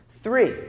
Three